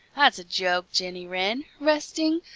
that's a joke, jenny wren. resting!